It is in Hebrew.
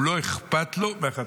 לא אכפת לו מהחטופים.